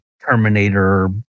Terminator